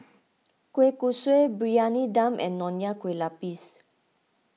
Kueh Kosui Briyani Dum and Nonya Kueh Lapis